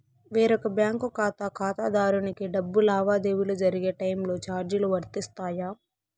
వేరొక బ్యాంకు ఖాతా ఖాతాదారునికి డబ్బు లావాదేవీలు జరిగే టైములో చార్జీలు వర్తిస్తాయా?